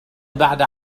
بعد